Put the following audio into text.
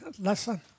lesson